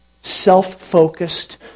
Self-focused